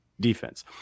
defense